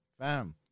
Fam